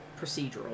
procedural